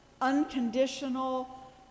unconditional